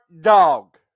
dog